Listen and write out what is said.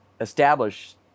establish